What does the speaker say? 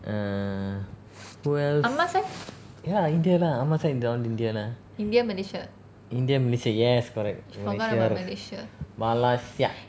err who else ya india lah ah ma's side is down india lah india malaysia yes correct malaysia is ma-la-sia